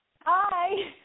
Hi